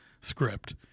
script